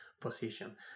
position